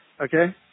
Okay